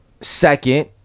second